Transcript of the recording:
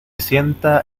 sienta